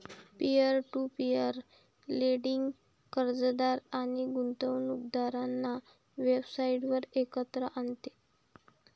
peer to peer lending कर्जदार आणि गुंतवणूकदारांना वेबसाइटवर एकत्र आणते